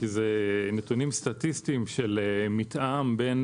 כי אלה נתונים סטטיסטיים של מתאם בין